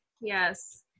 yes